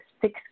six